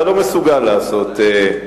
אתה לא מסוגל לעשות,